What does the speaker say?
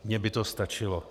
Mně by to stačilo.